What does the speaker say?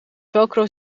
velcro